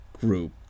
group